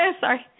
Sorry